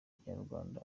kinyarwanda